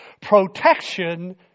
protection